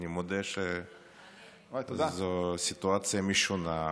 אני מודה שזו סיטואציה משונה,